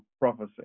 prophecy